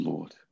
Lord